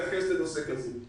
-- להתייחס לנושא כזה.